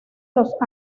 los